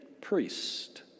priest